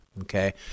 Okay